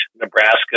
Nebraska